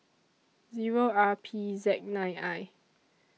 R P Z nine I